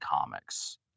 comics